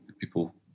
people